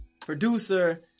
producer